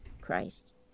Christ